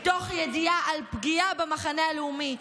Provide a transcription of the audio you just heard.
מתוך ידיעה על פגיעה במחנה הלאומי,